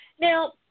Now